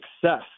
success